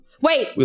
Wait